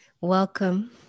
welcome